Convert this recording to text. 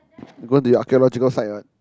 go to your archaeological site what